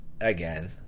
again